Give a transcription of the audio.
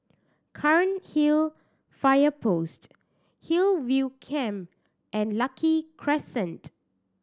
Cairnhill Fire Post Hillview Camp and Lucky Crescent